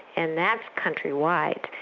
and that's countrywide.